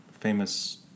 famous